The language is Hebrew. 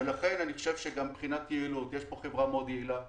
ולכן אני חושב שגם מבחינת יעילות יש פה חברה מאוד יעילה.